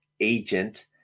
agent